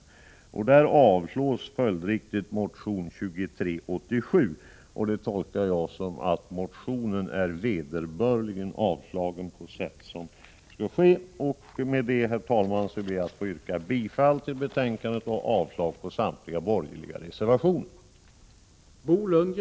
I detta moment avstyrks följdriktigt motion 2387. Det tolkar jag som att motionen är vederbörligen avstyrkt på det sätt som skall ske. Med detta, herr talman, yrkar jag bifall till utskottets hemställan och avslag på samtliga reservationer.